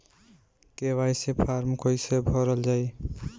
KYC form कइसे भरल जाइ?